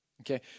Okay